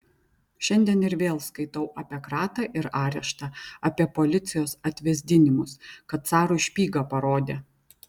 šiandien ir vėl skaitau apie kratą ir areštą apie policijos atvesdinimus kad carui špygą parodė